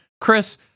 Chris